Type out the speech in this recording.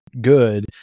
good